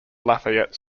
lafayette